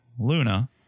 luna